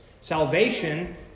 Salvation